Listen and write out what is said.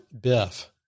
Biff